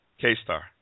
K-Star